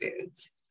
foods